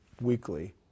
weekly